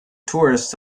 tourists